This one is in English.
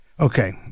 Okay